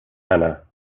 anna